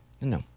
No